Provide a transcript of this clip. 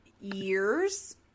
years